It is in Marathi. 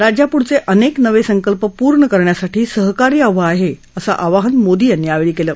राज्यापुढचे अनेक नवे संकल्प पूर्ण करण्यासाठी सहकार्य हवं आहे असं आवाहन मोदी यांनी केलं